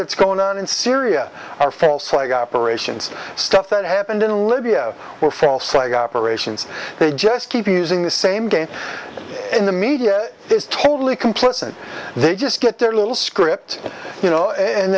that's going on in syria are false flag operations stuff that happened in libya were false flag operations they just keep using the same game in the media is totally complicit they just get their little script you know and